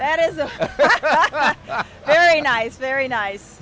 that is a very nice very nice